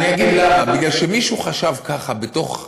אני אגיד למה, בגלל שמישהו חשב ככה בתוך ההנהלה,